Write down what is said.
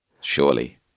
surely